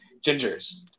Gingers